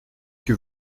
que